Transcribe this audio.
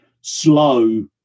slow